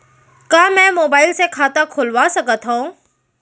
का मैं मोबाइल से खाता खोलवा सकथव?